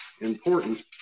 Important